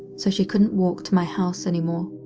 so she couldn't walk to my house anymore.